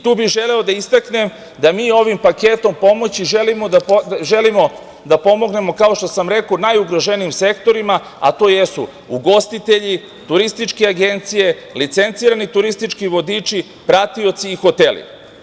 Tu bi želeo da istaknem da mi ovim paketom pomoći želimo da pomognemo, kao što sam rekao najugroženijim sektorima, a to jesu ugostitelji, turističke agencije, licencirani turistički vodiči, pratioci i hoteli.